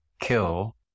kill